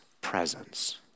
presence